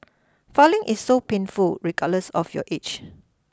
filing is so painful regardless of your age